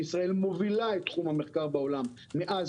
שישראל מובילה את תחום המחקר בעולם מאז